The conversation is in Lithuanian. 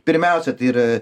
pirmiausia tai yra